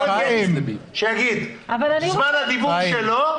שיגיד בזמן הדיבור שלו.